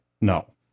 no